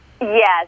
Yes